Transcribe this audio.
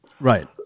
Right